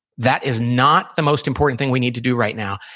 that is not the most important thing we need to do right now.